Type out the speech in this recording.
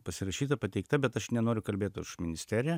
pasirašyta pateikta bet aš nenoriu kalbėt už ministeriją